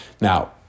Now